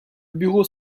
bureau